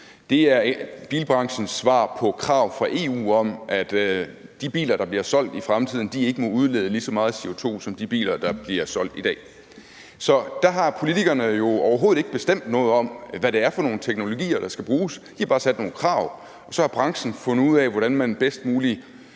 Det er bilbranchens svar på krav fra EU om, at de biler, der bliver solgt i fremtiden, ikke må udlede lige så meget CO2 som de biler, der bliver solgt i dag. Så der har politikerne jo overhovedet ikke bestemt noget om, hvad det er for nogle teknologier, der skal bruges – de har bare fastsat nogle krav, og så har branchen fundet ud af, hvordan man bedst muligt